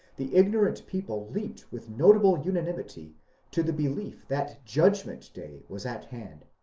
the ignorant people leaped with notable unanimity to the belief that judgment day was at hand,